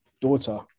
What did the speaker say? daughter